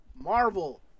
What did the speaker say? Marvel